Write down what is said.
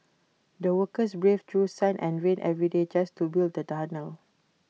the workers braved through sun and rain every day just to build the tunnel